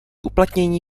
uplatnění